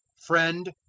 friend,